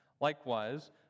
likewise